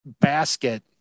basket